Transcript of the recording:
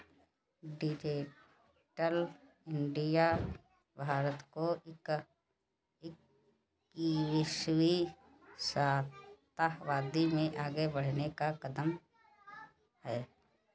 digital India भारत को इक्कीसवें शताब्दी में आगे बढ़ने का कदम है